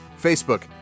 Facebook